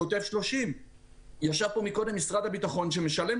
שוטף 30. ישב פה קודם נציג משרד הביטחון שמשלם